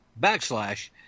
backslash